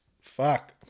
Fuck